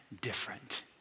different